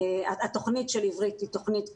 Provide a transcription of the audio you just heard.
התכנית של עברית היא תכנית כללית,